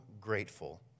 grateful